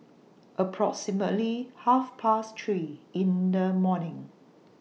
approximately Half Past three in The morning